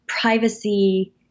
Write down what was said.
privacy